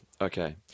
Okay